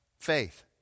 faith